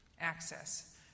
access